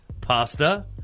pasta